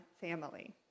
family